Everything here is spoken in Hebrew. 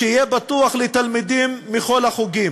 שיהיה פתוח לתלמידים מכל החוגים.